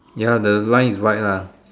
ya the line is white lah